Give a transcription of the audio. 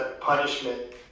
punishment